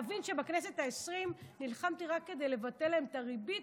שתבין שבכנסת העשרים נלחמתי רק כדי לבטל להם את הריבית,